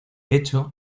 hecho